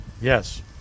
Yes